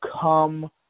come